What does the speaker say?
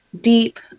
deep